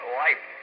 life